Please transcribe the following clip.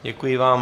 Děkuji vám.